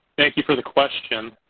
thank you for the question.